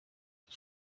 auf